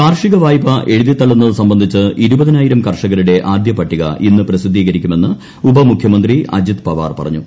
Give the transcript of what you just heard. കാർഷിക വായ്പ എഴുതി തള്ളുന്നത് സംബന്ധിച്ച് ഇരുപതിനായിരം കർഷകരുടെ ആദ്യ പട്ടിക ഇന്ന് പ്രസിദ്ധീകരിക്കുമെന്ന് ഉപമുഖ്യമന്ത്രി അജിത് പവാർ പറഞ്ഞു